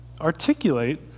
articulate